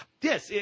Yes